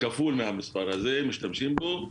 כפול מהמספר הזה משתמשים בה.